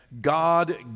God